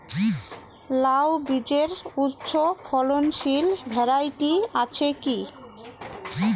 লাউ বীজের উচ্চ ফলনশীল ভ্যারাইটি আছে কী?